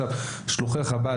שלוחי חב"ד,